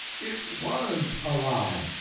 it was a lie.